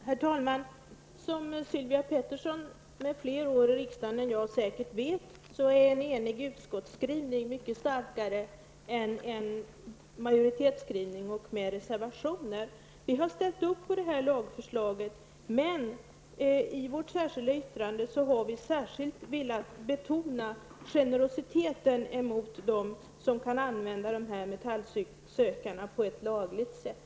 Herr talman! Som Sylvia Pettersson, med fler år i riksdagen än jag, vet är en enig utskottsskrivning mycket starkare än en majoritetsskrivning med reservationer. Vi har ställt upp på lagförslaget, men i vårt särskilda yttrande har vi velat betona behovet av generositet emot dem som kan använda dessa metallsökare på ett lagligt sätt.